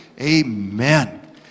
Amen